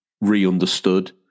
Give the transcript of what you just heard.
re-understood